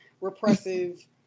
repressive